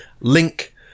link